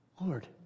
Lord